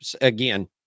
again